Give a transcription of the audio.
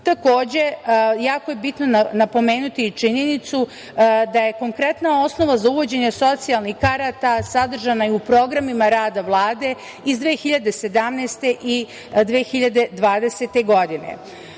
Ustavu. Takođe, jako je bitno napomenuti i činjenicu da je konkretna osnova za uvođenje socijalnih karata sadržana u programima rada Vlade iz 2017. i 2020. godine.